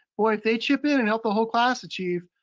boy, if they chip in and help the whole class achieve,